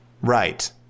Right